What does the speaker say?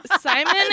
Simon